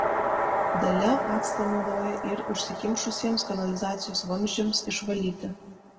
dalia actą naudoja ir užsikimšusiems kanalizacijos vamzdžiams išvalyti